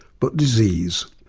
but disease.